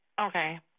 Okay